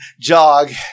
jog